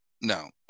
No